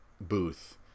booth